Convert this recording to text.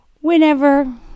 whenever